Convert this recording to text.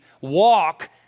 walk